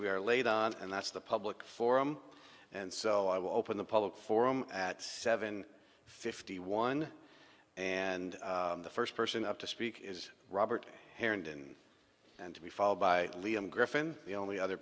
we are later and that's the public forum and so i will open the public forum at seven fifty one and the first person up to speak is robert harrington and to be followed by liam griffin the only other